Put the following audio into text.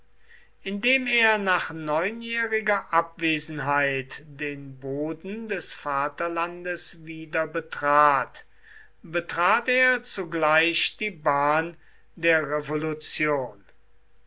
indem er nach neunjähriger abwesenheit den boden des vaterlandes wieder betrat betrat er zugleich die bahn der revolution